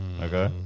Okay